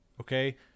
Okay